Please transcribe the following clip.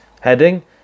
heading